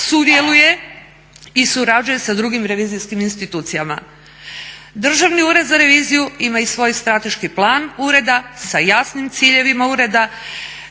sudjeluje i surađuje sa drugim revizijskim institucijama. Državni ured za reviziju ima i svoj strateški plan ureda sa jasnim ciljevima ureda